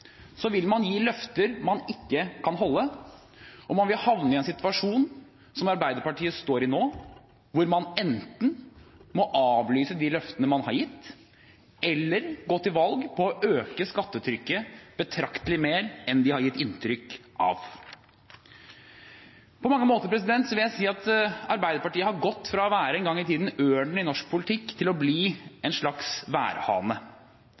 vil man gi løfter man ikke kan holde, og man vil havne i en situasjon som Arbeiderpartiet står i nå, hvor man enten må avlyse de løftene man har gitt, eller gå til valg på å øke skattetrykket betraktelig mer enn de har gitt inntrykk av. På mange måter – vil jeg si – har Arbeiderpartiet gått fra en gang i tiden å ha vært ørnen i norsk politikk til å bli en slags værhane.